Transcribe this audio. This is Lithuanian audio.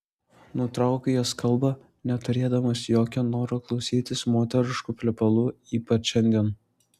nutraukiu jos kalbą neturėdamas jokio noro klausytis moteriškų plepalų ypač šiandien